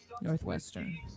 Northwestern